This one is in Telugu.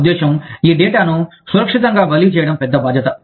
నా ఉద్దేశ్యం ఈ డేటాను సురక్షితంగా బదిలీ చేయడం పెద్ద బాధ్యత